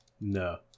No